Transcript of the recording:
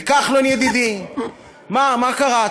וכחלון, ידידי, מה קרה?